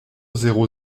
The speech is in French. zéro